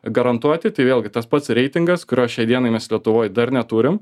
garantuoti tai vėlgi tas pats reitingas kurio šiai dienai mes lietuvoj dar neturim